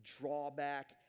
drawback